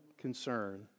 concern